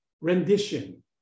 rendition